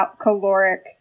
caloric